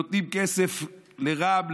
נותנים כסף לרע"מ,